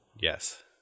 Yes